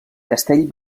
castell